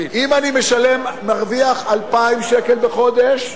אם אני מרוויח 2,000 שקל בחודש,